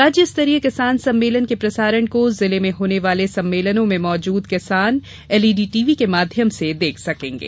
राज्य स्तरीय किसान सम्मेलन के प्रसारण को जिले में होने वाले सम्मेलनों में मौजूद किसान एलईडी टीवी के माध्यम से देख सकेंगे